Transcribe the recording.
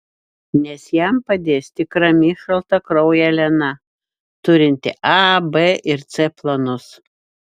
nes jam padės tik rami šaltakraujė elena turinti a b ir c planus